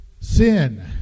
Sin